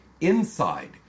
INSIDE